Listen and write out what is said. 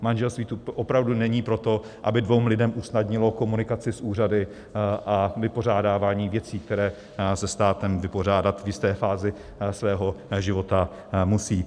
Manželství tu opravdu není proto, aby dvěma lidem usnadnilo komunikaci s úřady a vypořádávání věcí, které se státem vypořádat v jisté fázi svého života musí.